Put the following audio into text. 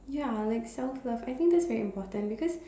ya like self love I think that's very important because